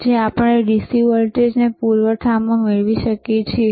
જે આપણે DC વીજ પૂરવઠામાંથી મેળવી શકીએ છીએ